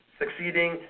succeeding